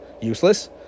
useless